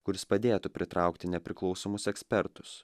kuris padėtų pritraukti nepriklausomus ekspertus